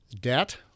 debt